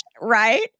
right